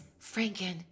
Franken